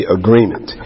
agreement